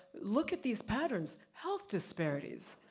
look at these patterns, health disparities,